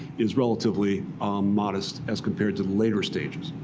is relatively modest as compared to the later stages.